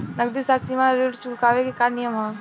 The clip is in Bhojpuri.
नगदी साख सीमा ऋण चुकावे के नियम का ह?